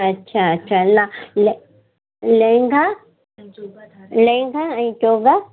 अच्छा अच्छा लाइ ल लैंगा लैंगा ऐं चौॿा